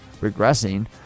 regressing